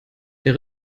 der